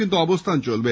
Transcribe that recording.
কিন্তু অবস্থান চলবে